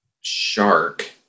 shark